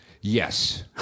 Yes